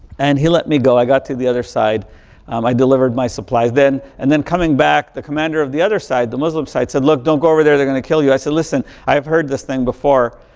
and he let me go. i got to the other side um i delivered my supply then. and then coming back, the commander of the other side, the muslim side said, look, don't go over there. they're going to kill you. i said, listen, i've heard this thing before.